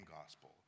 gospel